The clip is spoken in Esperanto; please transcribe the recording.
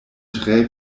tre